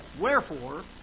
Wherefore